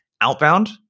outbound